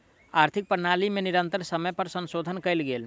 आर्थिक प्रणाली में निरंतर समय पर संशोधन कयल गेल